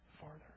farther